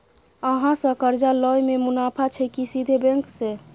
अहाँ से कर्जा लय में मुनाफा छै की सीधे बैंक से?